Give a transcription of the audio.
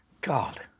God